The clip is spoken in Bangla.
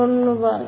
ধন্যবাদ